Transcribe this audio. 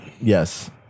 yes